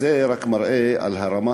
וזה רק מראה את הרמה